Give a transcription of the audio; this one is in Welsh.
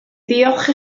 ddiolch